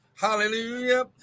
hallelujah